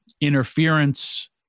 interference